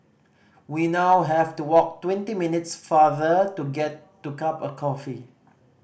we now have to walk twenty minutes farther to get to cup of coffee